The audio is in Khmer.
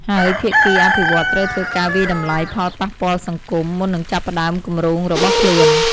ហើយភាគីអភិវឌ្ឍត្រូវធ្វើការវាយតម្លៃផលប៉ះពាល់សង្គម មុននឹងចាប់ផ្ដើមគម្រោងរបស់ខ្លួន។